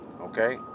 okay